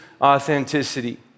authenticity